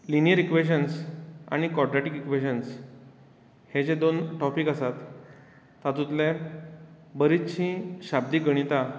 linear equations आनी quadratic equations हे जे दोन टॉपीक आसात तातुंतले बरीचशीं शाब्दीक गणितां